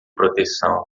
proteção